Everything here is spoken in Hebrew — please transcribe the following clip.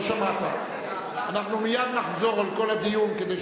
ההצעה להסיר מסדר-היום את הצעת חוק להגדלת